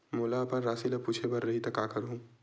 मोला अपन राशि ल पूछे बर रही त का करहूं?